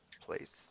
place